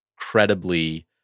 incredibly